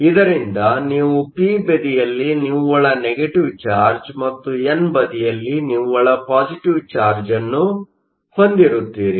ಇದರಿಂದ ನೀವು ಪಿ ಬದಿಯಲ್ಲಿ ನಿವ್ವಳ ನೆಗೆಟಿವ್ ಚಾರ್ಜ್ ಮತ್ತು ಎನ್ ಬದಿಯಲ್ಲಿ ನಿವ್ವಳ ಪಾಸಿಟಿವ್ ಚಾರ್ಜ್Positive chargeನ್ನು ಹೊಂದಿರುತ್ತೀರಿ